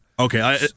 Okay